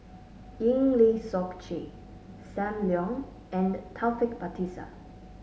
Eng Lee Seok Chee Sam Leong and Taufik Batisah